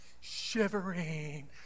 shivering